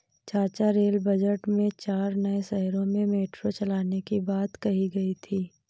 चाचा rail budget में चार नए शहरों में मेट्रो चलाने की बात कही गई थी